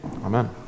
Amen